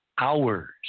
hours